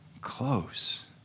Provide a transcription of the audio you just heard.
close